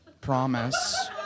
Promise